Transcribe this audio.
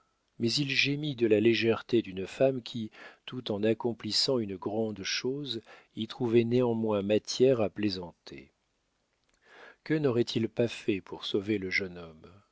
mais il gémit de la légèreté d'une femme qui tout en accomplissant une grande chose y trouvait néanmoins matière à plaisanter que n'aurait-il pas fait pour sauver le jeune homme